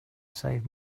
save